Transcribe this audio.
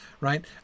right